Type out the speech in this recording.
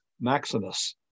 Maximus